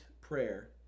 prayer